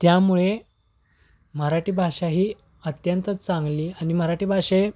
त्यामुळे मराठी भाषा ही अत्यंतच चांगली आणि मराठी भाषे